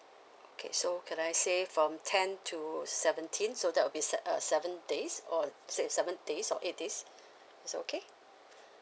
okay so could I say from ten to seventeen so that will be sev~ uh seven days or six seven days or eight days is that okay